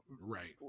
Right